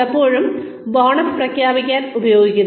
പലയിടത്തും ബോണസ് പ്രഖ്യാപിക്കാൻ ഉപയോഗിച്ചു